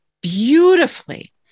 beautifully